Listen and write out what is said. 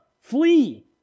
flee